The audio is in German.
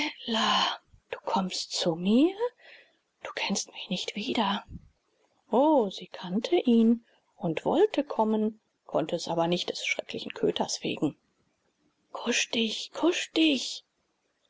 du kommst zu mir du kennst mich nicht wieder o sie kannte ihn und wollte kommen konnte es aber nicht des schrecklichen köters wegen kusch dich kusch dich